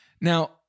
now